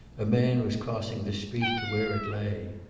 a man was crossing the street to where it lay.